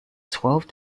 twelve